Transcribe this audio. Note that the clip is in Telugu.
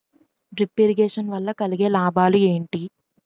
డ్రిప్ ఇరిగేషన్ వల్ల కలిగే లాభాలు ఏంటి?